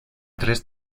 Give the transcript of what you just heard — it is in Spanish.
tres